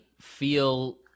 feel